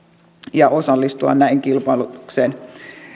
ja osallistua näin kilpailutukseen